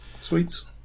Sweets